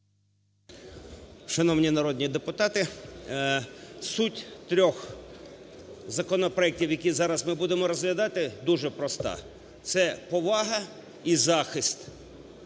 Шановні народні депутати! Суть трьох законопроектів, які зараз ми будемо розглядати, дуже проста, це повага і захист